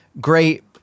great